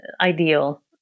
ideal